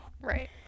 Right